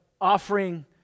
offering